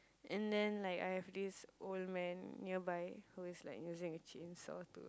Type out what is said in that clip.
and then like I have this old man nearby who is like using a chainsaw to